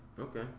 Okay